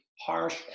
harsh